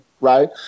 right